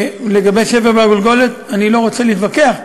לגבי שבר בגולגולת, אני לא רוצה להתווכח.